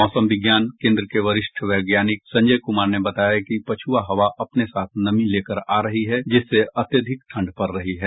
मौसम विज्ञान केन्द्र के वरिष्ठ वैज्ञानिक संजय कुमार ने बताया कि पछुआ हवा अपने साथ नमी लेकर आ रही है जिससे अत्यधिक ठंड पड़ रही है